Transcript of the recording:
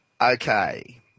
Okay